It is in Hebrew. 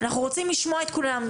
רוצים לשמוע את כולם.